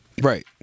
right